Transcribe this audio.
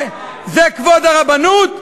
זה כבוד הרבנות?